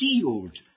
sealed